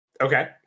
Okay